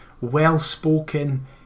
well-spoken